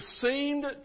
seemed